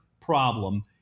problem